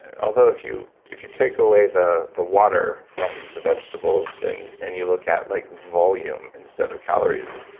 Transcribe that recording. although if you if you take away the the water from the vegetables and and you look at like volume instead of calories.